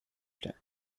stellen